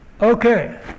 Okay